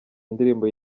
indirimbo